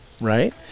right